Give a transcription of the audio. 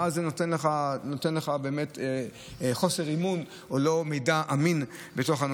ואז זה נותן לך חוסר אמון או מידע לא אמין בנושא.